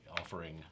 offering